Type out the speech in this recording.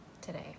today